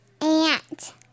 Aunt